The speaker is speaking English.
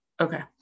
Okay